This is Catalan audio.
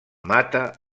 mata